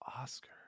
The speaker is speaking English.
Oscar